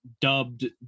dubbed